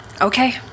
Okay